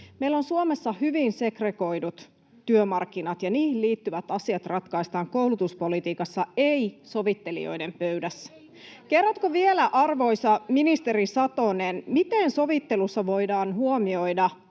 Meillä on Suomessa hyvin segregoidut työmarkkinat, ja niihin liittyvät asiat ratkaistaan koulutuspolitiikassa, ei sovittelijoiden pöydässä. [Veronika Honkasalon välihuuto] Kerrotko vielä, arvoisa ministeri Satonen, miten sovittelussa voidaan huomioida